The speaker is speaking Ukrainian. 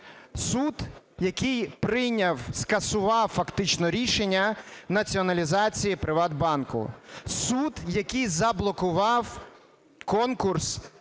Суд, який прийняв, скасував фактично рішення націоналізації "Приватбанку", суд, який заблокував конкурс